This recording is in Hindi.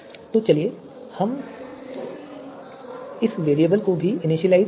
तो चलिए इस वेरिएबल को भी इनिशियलाइज़ करते हैं